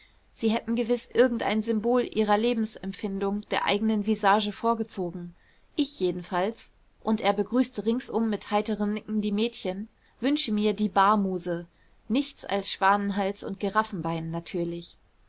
sie hätten gewiß irgendein symbol ihrer lebensempfindung der eigenen visage vorgezogen ich jedenfalls und er begrüßte ringsum mit heiterem nicken die mädchen wünsche mir die bar muse nichts als schwanenhals und giraffenbein natürlich